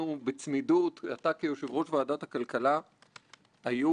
היו משוכנעים שאולי במקרה הטוב תתחיל את דרכה אבל לא תסיים אותה,